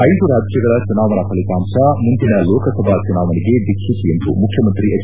ಐದು ರಾಜ್ಯಗಳ ಚುನಾವಣಾ ಫಲಿತಾಂಶ ಮುಂದಿನ ಲೋಕಸಭಾ ಚುನಾವಣೆಗೆ ದಿಕ್ಸೂಚಿ ಎಂದು ಮುಖ್ಯಮಂತ್ರಿ ಎಚ್